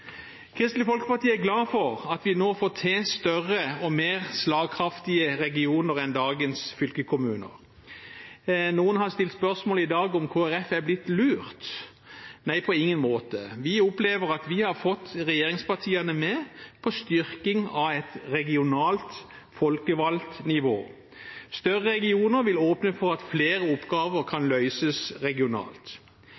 Kristelig Folkeparti er glad for at vi nå får til større og mer slagkraftige regioner enn dagens fylkeskommuner. Noen har i dag stilt spørsmålet om Kristelig Folkeparti har blitt lurt – nei, på ingen måte! Vi opplever at vi har fått regjeringspartiene med på en styrking av et regionalt folkevalgt nivå. Større regioner vil åpne for at flere oppgaver kan